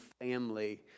family